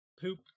poop